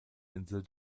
insel